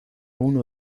uno